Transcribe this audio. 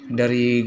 dari